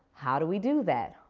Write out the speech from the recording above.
how do we do that?